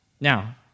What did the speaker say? Now